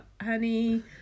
honey